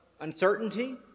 uncertainty